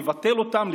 לבטל אותם,